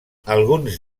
alguns